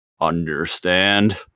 understand